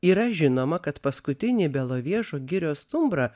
yra žinoma kad paskutinį belovežo girios stumbrą